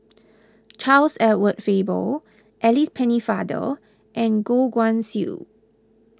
Charles Edward Faber Alice Pennefather and Goh Guan Siew